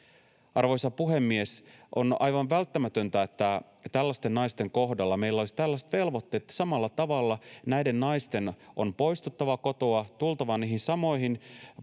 Arvoisa puhemies! On aivan välttämätöntä, että tällaisten naisten kohdalla meillä olisi tällaiset velvoitteet, että samalla tavalla näiden naisten on poistuttava kotoa, tultava niihin samoihin